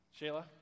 Shayla